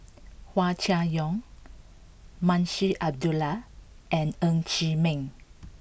Hua Chai Yong Munshi Abdullah and Ng Chee Meng